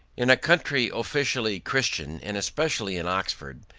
in a country officially christian, and especially in oxford,